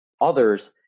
others